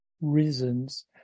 reasons